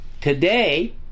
today